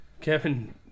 Kevin